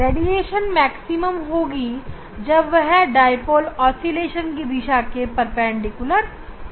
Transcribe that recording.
radiation maximum होगी जब वह डाईपोल ऑस्किलेशन की दिशा के परपेंडिकुलर होगी